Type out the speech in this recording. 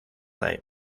night